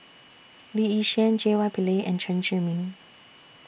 Lee Yi Shyan J Y Pillay and Chen Zhiming